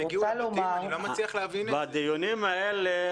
אני רוצה לומר.- - בדיונים האלה,